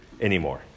anymore